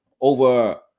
over